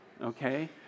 okay